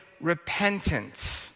repentance